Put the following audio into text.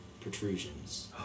protrusions